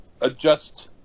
adjust